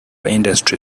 industry